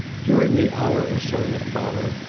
during the hour or so that followed,